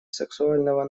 сексуального